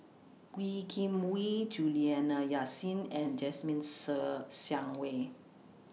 Wee Kim Wee Juliana Yasin and Jasmine Ser Xiang Wei